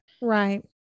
Right